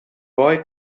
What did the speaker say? boy